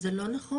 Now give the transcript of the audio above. זה לא נכון.